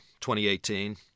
2018